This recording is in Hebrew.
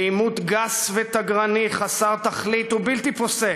בעימות גס ותגרני, חסר תכלית ובלתי פוסק,